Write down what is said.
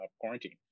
quarantine